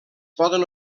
poden